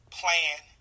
plan